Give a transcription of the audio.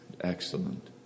excellent